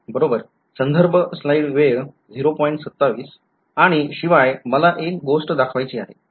आणि शिवाय मला एक गोष्ट दाखवायची आहे